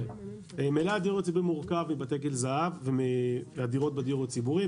מלאי הדיור הציבורי מורכב מבתי גיל זהב ומדירות בדיור הציבורי.